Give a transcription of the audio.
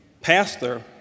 pastor